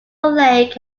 lake